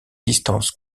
distances